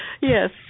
Yes